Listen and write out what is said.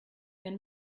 wenn